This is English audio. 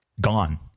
gone